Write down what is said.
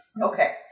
Okay